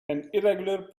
irregular